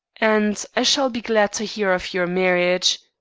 and i shall be glad to hear of your marriage